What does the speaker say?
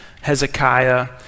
Hezekiah